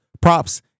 props